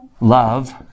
love